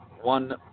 one